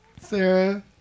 Sarah